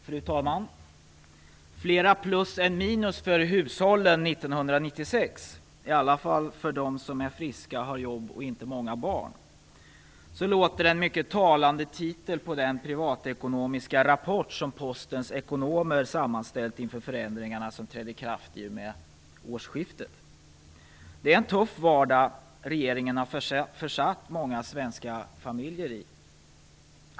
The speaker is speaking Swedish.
Fru talman! Flera plus än minus för hushållen 1996, i alla fall för dem som är friska, har jobb och inte många barn. Så låter den mycket talande titeln på den privatekonomiska rapport som Postens ekonomer har sammanställt inför förändringarna som trädde i kraft i och med årsskiftet. Det är en tuff vardag regeringen har försatt många svenska familjer i.